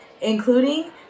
including